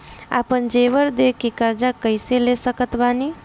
आपन जेवर दे के कर्जा कइसे ले सकत बानी?